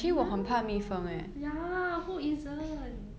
!eeyer! ya who isn't